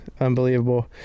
unbelievable